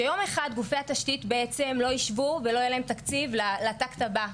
שגופי התשתית לא יישבו יום אחד בלי שיהיה להם תקציב לשלב הבא.